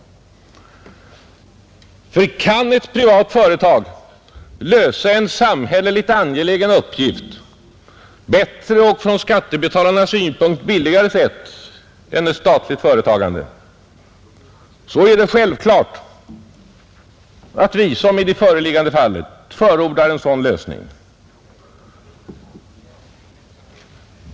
Kan ett privat företag lösa en samhälleligt angelägen uppgift på ett bättre och från skattebetalarnas synpunkt billigare sätt än ett statligt företagande, så är det självklart att vi, som i det föreliggande fallet, förordar en sådan lösning.